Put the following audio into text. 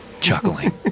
chuckling